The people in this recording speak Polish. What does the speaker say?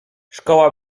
szkoła